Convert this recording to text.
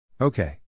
Okay